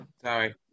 Sorry